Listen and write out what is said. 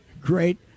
great